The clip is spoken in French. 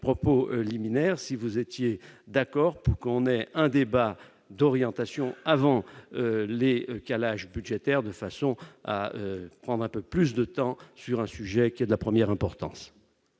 le ministre, êtes-vous d'accord pour que nous ayons un débat d'orientation avant les calages budgétaires, de façon à prendre un peu plus de temps sur un sujet qui est de la première importance